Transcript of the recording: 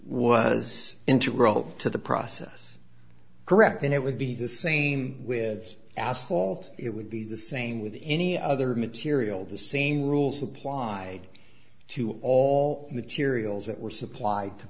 was integral to the process correct and it would be the same with asphalt it would be the same with any other material the same rules apply to all materials that were supplied to